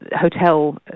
hotel